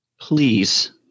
Please